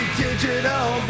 digital